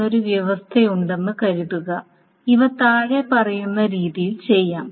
എന്നൊരു വ്യവസ്ഥയുണ്ടെന്ന് കരുതുക ഇവ താഴെ പറയുന്ന രീതിയിൽ ചെയ്യാം